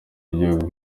w’igihugu